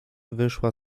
wyszła